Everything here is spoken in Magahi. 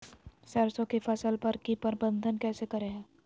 सरसों की फसल पर की प्रबंधन कैसे करें हैय?